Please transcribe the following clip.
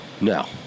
No